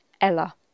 Ella